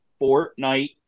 Fortnite